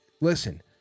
listen